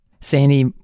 Sandy